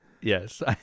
Yes